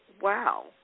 wow